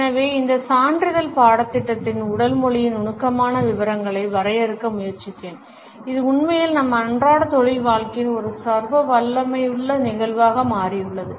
எனவே இந்த சான்றிதழ் பாடத்திட்டத்தின் உடல் மொழியின் நுணுக்கமான விவரங்களை வரையறுக்க முயற்சித்தேன் இது உண்மையில் நம் அன்றாட தொழில் வாழ்க்கையில் ஒரு சர்வவல்லமையுள்ள நிகழ்வாக மாறியுள்ளது